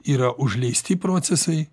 yra užleisti procesai